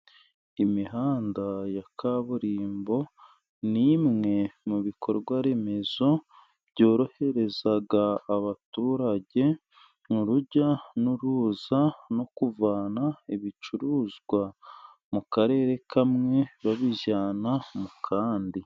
Imihanda ya kaburimbo ni imwe mu bikorwa remezo byorohereza abaturage mu rujya n'uruza, no kuvana ibicuruzwa mu karere kamwe, babijyana mu kandi.